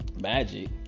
Magic